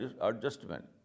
adjustment